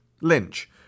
Lynch